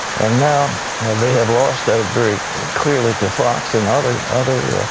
and now they have lost that very clearly to fox and other other